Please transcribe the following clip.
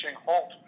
halt